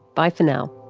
bye for now